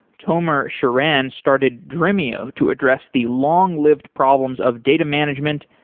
tomer shiran started dremio to address the long-lived problems of data management,